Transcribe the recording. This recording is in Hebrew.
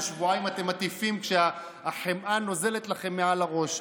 ושבועיים אתם מטיפים כשהחמאה נוזלת לכם מעל הראש,